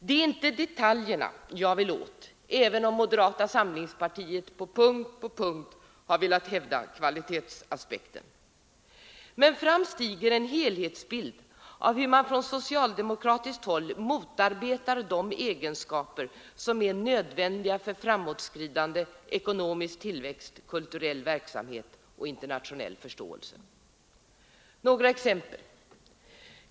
Det är inte detaljerna jag vill åt — även om moderata samlingspartiet på punkt efter punkt har velat hävda kvalitetsaspekten — men fram stiger en helhetsbild av hur man från socialdemokratiskt håll motarbetar de egenskaper som är nödvändiga för framåtskridande, ekonomisk tillväxt, kulturell verksamhet och internationell förståelse. Några exempel.